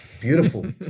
beautiful